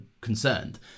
concerned